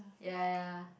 ya ya